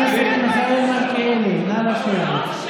חבר הכנסת מיכאל מלכיאלי, נא לשבת.